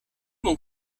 mon